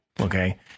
Okay